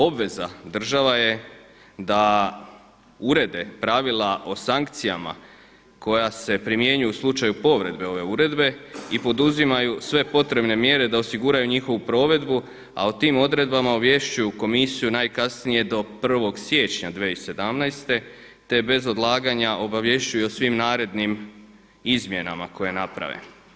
Obveza država je da urede pravila o sankcijama koja se primjenjuju u slučaju povrede ove uredbe i poduzimaju sve potrebne mjere da osiguraju njihovu provedbu, a o tim odredbama ovješćuju Komisiju najkasnije do 1. siječnja 2017. te bez odlaganja obavješćuju o svim narednim izmjenama koje naprave.